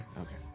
Okay